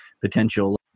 potential